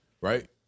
right